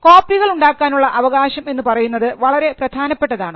കോപ്പികൾ ഉണ്ടാക്കാനുള്ള അവകാശം എന്ന് പറയുന്നത് വളരെ പ്രധാനപ്പെട്ടതാണ്